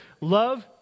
love